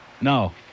No